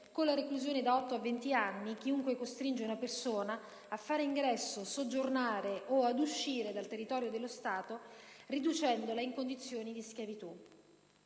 con la reclusione da otto a venti anni chiunque costringa una persona a fare ingresso, soggiornare o ad uscire dal territorio dello Stato riducendola in condizione di schiavitù.